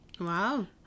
wow